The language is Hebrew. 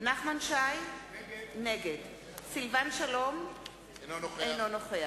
נחמן שי, נגד סילבן שלום, אינו נוכח